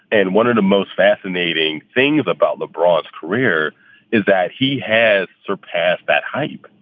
and one of the most fascinating things about lebron's career is that he has surpassed that hype,